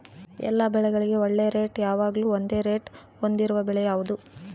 ಎಲ್ಲ ಬೆಳೆಗಳಿಗೆ ಒಳ್ಳೆ ರೇಟ್ ಯಾವಾಗ್ಲೂ ಒಂದೇ ರೇಟ್ ಹೊಂದಿರುವ ಬೆಳೆ ಯಾವುದು?